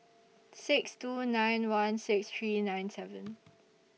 six two nine one six three nine seven